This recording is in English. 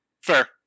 Fair